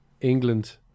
England